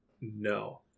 no